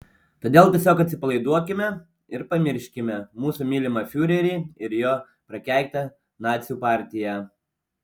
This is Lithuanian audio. todėl tiesiog atsipalaiduokime ir pamirškime mūsų mylimą fiurerį ir jo prakeiktą nacių partiją